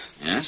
Yes